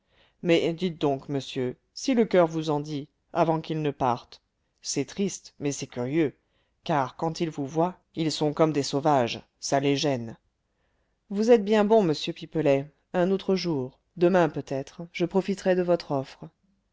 mais dites donc monsieur si le coeur vous en dit avant qu'ils ne partent c'est triste mais c'est curieux car quand ils vous voient ils sont comme des sauvages ça les gêne vous êtes bien bon monsieur pipelet un autre jour demain peut-être je profiterai de votre offre